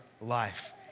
life